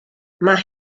mae